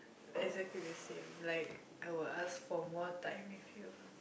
exactly the same like I will ask for more time with you